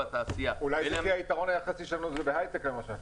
אולי היתרון היחסי שלנו הוא בהייטק, למשל.